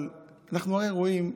אבל אנחנו הרי רואים,